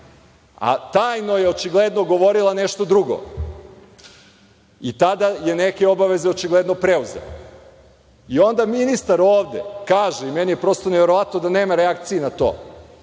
a tajno je očigledno govorila nešto drugo i tada je neke obaveze očigledno preuzela. Onda ministar ovde kaže, i meni je prosto neverovatno da nema reakcije na to,